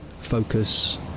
focus